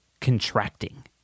contracting